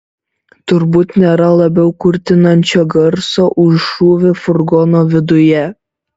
turbūt nėra labiau kurtinančio garso už šūvį furgono viduje